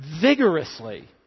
vigorously